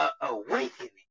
awakening